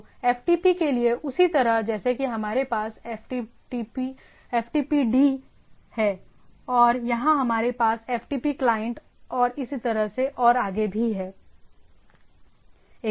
तो एफटीपी के लिए उसी तरह जैसे कि हमारे पास एफटीपी डी FTPD है और यहां हमारे पास एफटीपी क्लाइंट और इसी तरह से और आगे भी हैं